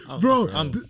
bro